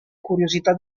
curiosità